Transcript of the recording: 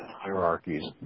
hierarchies